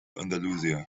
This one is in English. andalusia